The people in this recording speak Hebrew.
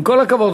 עם כל הכבוד,